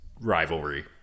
rivalry